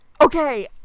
Okay